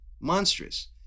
monstrous